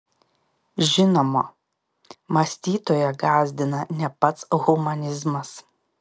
žinoma mąstytoją gąsdina ne pats humanizmas